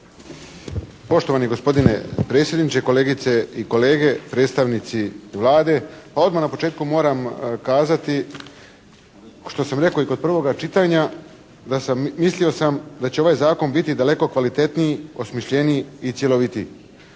Poštovani gospodine predsjedniče, kolegice i kolege, predstavnici Vlade. Pa odmah na početku moram kazati što sam rekao i kod prvoga čitanja da sam, mislio sam da će ovaj Zakon biti daleko kvalitetniji, osmišljeniji i cjelovitiji.